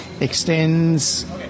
extends